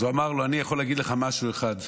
אז הוא אמר לו: אני יכול להגיד לך משהו אחד: